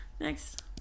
next